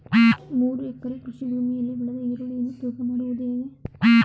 ಮೂರು ಎಕರೆ ಕೃಷಿ ಭೂಮಿಯಲ್ಲಿ ಬೆಳೆದ ಈರುಳ್ಳಿಯನ್ನು ತೂಕ ಮಾಡುವುದು ಹೇಗೆ?